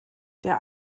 der